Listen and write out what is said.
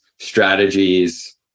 strategies